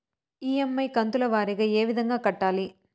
EMI కంతుల వారీగా ఏ విధంగా కట్టాలి